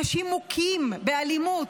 אנשים מוכים באלימות,